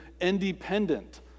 independent